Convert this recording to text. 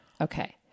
Okay